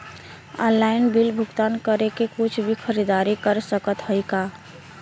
Online bill भुगतान करके कुछ भी खरीदारी कर सकत हई का?